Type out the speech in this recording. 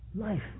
Life